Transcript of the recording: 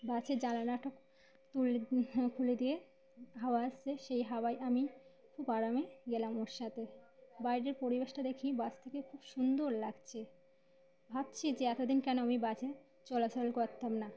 বাসের জানালাটা তুলে খুলে দিয়ে হাওয়া আসছে সেই হাওয়ায় আমি খুব আরামে গেলাম ওর সাথে বাইরের পরিবেশটা দেখি বাস থেকে খুব সুন্দর লাগছে ভাবছি যে এত দিন কেন আমি বাসে চলাচল করতাম না